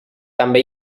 també